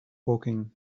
woking